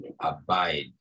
Abide